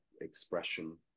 expression